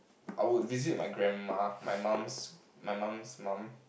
I would visit my grandma my mom's my mom's mom